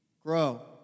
grow